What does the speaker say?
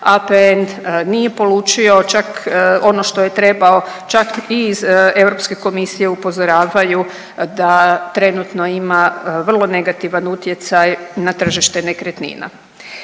APN nije polučio čak ono što je trebao, čak i iz Europske komisije upozoravaju da trenutno ima vrlo negativan utjecaj na tržište nekretnina.